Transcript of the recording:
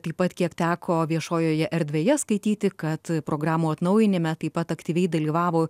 taip pat kiek teko viešojoje erdvėje skaityti kad programų atnaujinime taip pat aktyviai dalyvavo